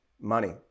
Money